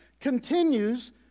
continues